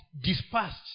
dispersed